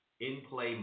in-play